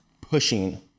pushing